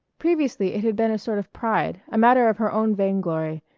previously it had been a sort of pride, a matter of her own vainglory.